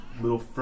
little